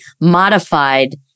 modified